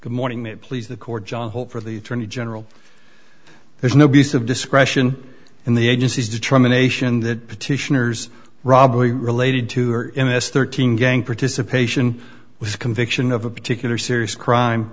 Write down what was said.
good morning that please the court john hope for the attorney general there's no piece of discretion in the agency's determination that petitioners robbery related to or m s thirteen gang participation was a conviction of a particular serious crime